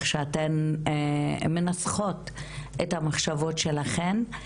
מנסחות את המחשבות שלכן.